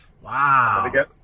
Wow